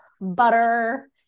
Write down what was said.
butter